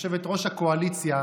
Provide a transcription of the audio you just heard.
יושבת-ראש הקואליציה,